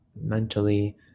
mentally